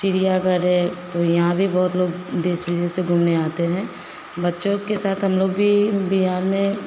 चिड़ियाघर है तो यहाँ भी बहुत लोग देश विदेश से घूमने आते हैं बच्चों के साथ हम लोग भी बिहार में